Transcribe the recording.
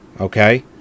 okay